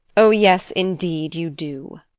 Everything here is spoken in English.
oh yes, indeed you do.